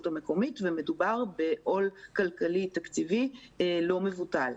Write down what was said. המקומית ומדובר בעול כלכלי תקציבי לא מבוטל.